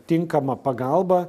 tinkamą pagalbą